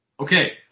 Okay